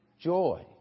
joy